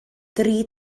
dri